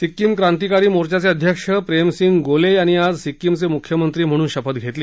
सिक्कीम क्रांतीकारी मोर्चाचे अध्यक्ष प्रेमसिंग गोले यांनी आज सिक्कीमचे मुख्यमंत्री म्हणून शपथ घेतली